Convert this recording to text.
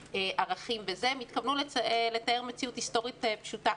ערכים הם התכוונו לתאר מציאות היסטורית פשוטה.